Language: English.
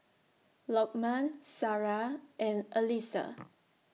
Lokman Sarah and Alyssa